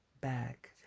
back